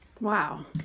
Wow